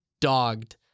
dogged